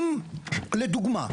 אם לדוגמה,